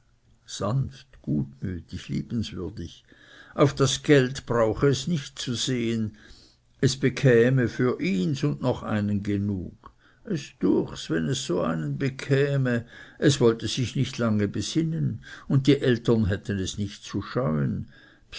auf das geld brauche es nicht zu sehen es bekäme für ihns und noch einen genug es düechs wenn es so einen bekäme es wollte sich nicht lange besinnen und die eltern hätte es nicht zu scheuen